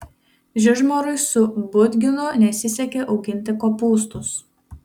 žižmarui su budginu nesisekė auginti kopūstus